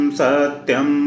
satyam